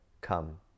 come